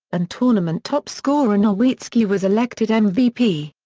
and tournament top scorer nowitzki was elected and mvp.